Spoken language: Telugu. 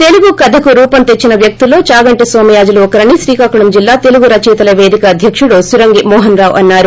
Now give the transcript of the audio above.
తెలుగు కధకు రూపం తెచ్చిన వ్యక్తుల్లో చాగంటి నోమయాజులు ఒకరని శ్రీకాకుళం జిల్లా తెలుగు రచయితల వేదిక అధ్యకుడు సురంగి మోహనరావు అన్నారు